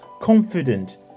confident